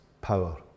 power